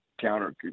counter